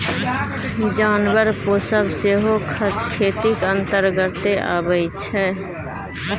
जानबर पोसब सेहो खेतीक अंतर्गते अबै छै